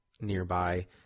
nearby